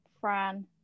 Fran